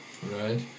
Right